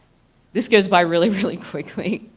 this goes by really, really quickly.